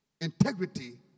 Integrity